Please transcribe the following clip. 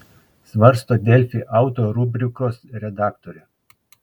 svarsto delfi auto rubrikos redaktorė